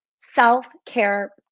self-care